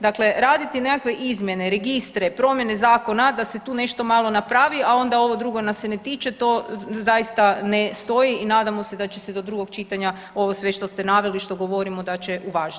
Dakle, raditi nekakve izmjene, registre, promjene zakona da se tu nešto malo napravi, a onda ovo drugo nas se ne tiče, to zaista ne stoji i nadamo se da će se do drugog čitanja ovo sve što ste naveli i što govorimo da će uvažiti.